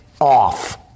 off